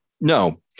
no